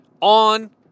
on